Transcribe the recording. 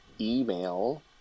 email